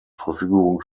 verfügung